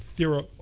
there are